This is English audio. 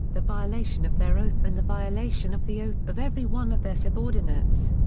the violation of their oath and the violation of the oath of every one of their subordinates.